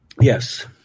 Yes